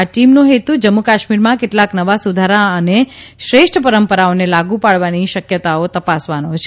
આ ટીમનો હેતુ જમ્મુકાશ્મીરમાં કેટલાંક નવા સુધારા અને શ્રેષ્ઠ પરંપરાઓને લાગુ પાડવાની શકયતાઓ તપાસવાનો છે